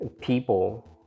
people